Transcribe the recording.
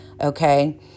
okay